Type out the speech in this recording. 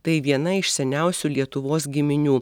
tai viena iš seniausių lietuvos giminių